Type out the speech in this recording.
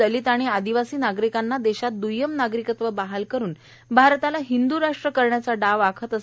दलित आणि आदिवासीं नागरिकाना देशात दय्यम नागरिकत्व बहाल करून भारताला हिंदराष्ट्र करण्याचा डाव आखत आहे